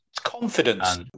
Confidence